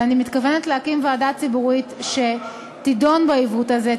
ואני מתכוונת להקים ועדה ציבורית שתדון בעיוות הזה,